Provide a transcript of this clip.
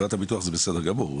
לחברת הביטוח זה בסדר גמור,